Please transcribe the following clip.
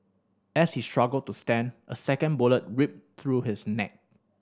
as he struggled to stand a second bullet ripped through his neck